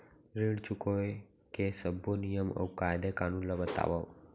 ऋण चुकाए के सब्बो नियम अऊ कायदे कानून ला बतावव